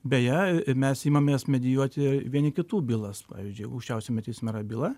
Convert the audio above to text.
beje mes imamės medijuoti vieni kitų bylas pavyzdžiui aukščiausiame teisme yra byla